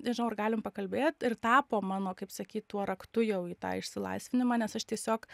nežinau ar galim pakalbėt ir tapo mano kaip sakyt tuo raktu jau į tą išsilaisvinimą nes aš tiesiog